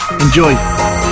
Enjoy